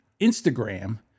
Instagram